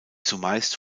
zumeist